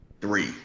Three